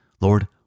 Lord